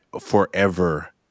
forever